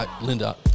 Linda